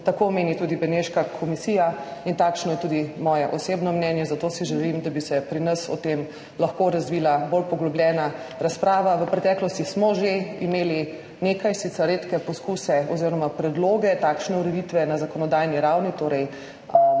tako meni tudi Beneška komisija in takšno je tudi moje osebno mnenje. Zato si želim, da bi se pri nas o tem lahko razvila bolj poglobljena razprava. V preteklosti smo že imeli nekaj, sicer redke poskuse oziroma predloge takšne ureditve na zakonodajni ravni, torej